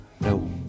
no